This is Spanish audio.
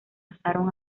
pasaron